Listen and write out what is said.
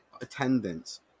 attendance